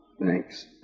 Thanks